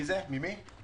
ממי?